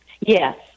yes